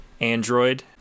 Android